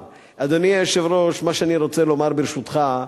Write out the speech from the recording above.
אדוני היושב-ראש, מה שאני רוצה לומר, ברשותך,